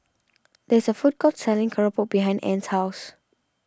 there's a food court selling Keropok Behind Ann's house